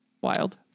wild